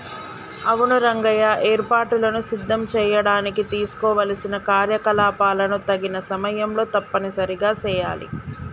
అవును రంగయ్య ఏర్పాటులను సిద్ధం చేయడానికి చేసుకోవలసిన కార్యకలాపాలను తగిన సమయంలో తప్పనిసరిగా సెయాలి